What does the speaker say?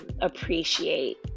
appreciate